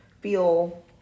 feel